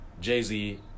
Jay-Z